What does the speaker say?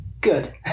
good